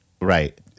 right